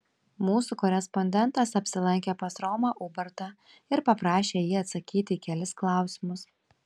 mūsų korespondentas apsilankė pas romą ubartą ir paprašė jį atsakyti į kelis klausimus